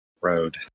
Road